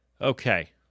Okay